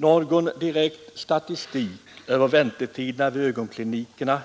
Någon direkt statistik över väntetiderna vid ögonklinikerna